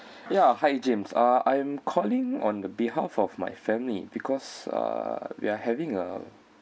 ya hi james uh I'm calling on behalf of my family because uh we are having a